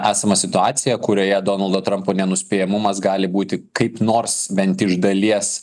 esamą situaciją kurioje donaldo trampo nenuspėjamumas gali būti kaip nors bent iš dalies